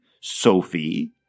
Sophie